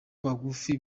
bagufi